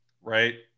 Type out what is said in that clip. right